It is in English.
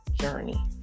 journey